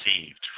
received